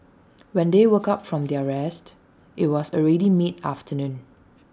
when they woke up from their rest IT was already mid afternoon